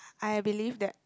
I believe that